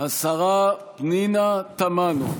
השרה פנינה תמנו.